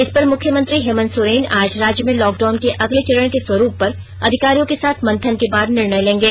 इसपर मुख्यमंत्री हेमंत सोरेन आज राज्य में लॉकडाउन के अगले चरण के स्वरूप पर अधिकारियों के साथ मंथन के बाद निर्णय लेंगे